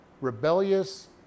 rebellious